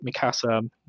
Mikasa